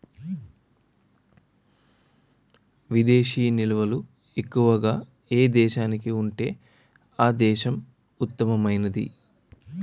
విదేశీ నిల్వలు ఎక్కువగా ఏ దేశానికి ఉంటే ఆ దేశం ఉత్తమమైనది